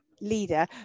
leader